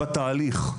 בתהליך,